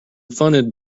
funded